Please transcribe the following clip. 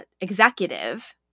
executive